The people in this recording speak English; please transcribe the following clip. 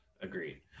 Agreed